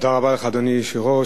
אדוני היושב-ראש,